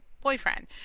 boyfriend